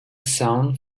sound